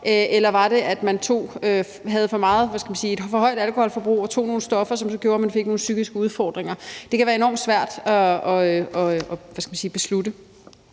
eller var det, at man havde et for højt alkoholforbrug og tog nogle stoffer, som så gjorde, at man fik nogle psykiske udfordringer? Det kan være enormt svært at afgøre.